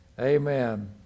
Amen